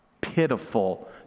pitiful